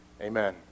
Amen